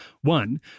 One